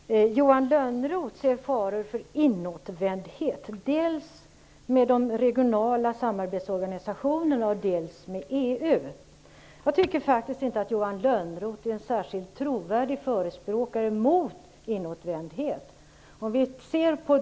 Fru talman! Johan Lönnroth ser faror för inåtvändhet, dels med de regionala samarbetsorganisationerna, dels med EU. Johan Lönnroth är faktiskt ingen särskilt trovärdig förespråkare mot inåtvändhet.